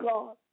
God